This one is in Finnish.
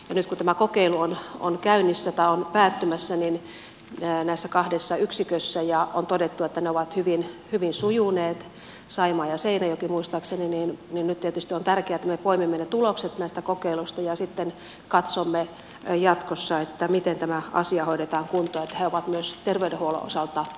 nyt kun tämä kokeilu on käynnissä tai on päättymässä näissä kahdessa yksikössä ja on todettu että se on hyvin sujunut saimaa ja seinäjoki muistaakseni niin tietysti on tärkeää että me poimimme ne tulokset näistä kokeiluista ja sitten katsomme jatkossa miten tämä asia hoidetaan kuntoon että he ovat myös terveydenhuollon osalta yhdenvertaisia